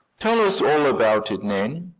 tell us all about it, nan.